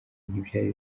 ntibyari